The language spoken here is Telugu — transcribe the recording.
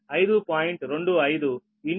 096 మరియు Db1 5